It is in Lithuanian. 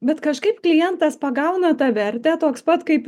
bet kažkaip klientas pagauna tą vertę toks pat kaip